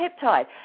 peptide